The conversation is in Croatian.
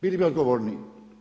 Bili bi odgovorniji.